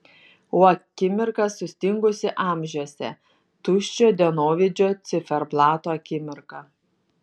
o akimirka sustingusi amžiuose tuščio dienovidžio ciferblato akimirka